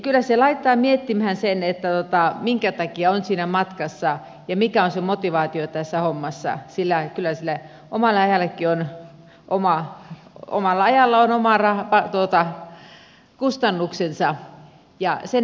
kyllä se laittaa miettimään sitä minkä takia on siinä matkassa ja mikä on se motivaatio tässä hommassa sillä kyllä sillä omalla ajallakin on oma kustannuksensa